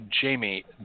Jamie